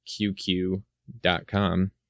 QQ.com